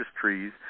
trees